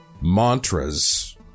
mantras